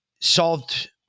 solved